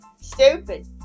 stupid